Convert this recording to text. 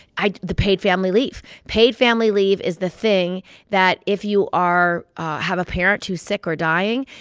i the paid family leave. paid family leave is the thing that if you are have a parent whose sick or dying,